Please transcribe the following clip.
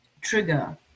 trigger